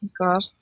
God